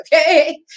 okay